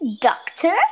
doctor